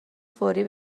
فوری